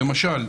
למשל,